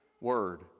Word